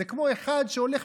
זה כמו אחד שהולך,